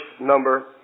number